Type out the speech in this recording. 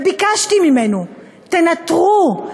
וביקשתי ממנו: תנטרו,